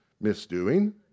misdoing